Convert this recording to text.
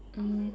mmhmm